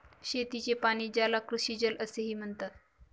शेतीचे पाणी, ज्याला कृषीजल असेही म्हणतात